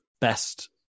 best